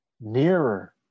nearer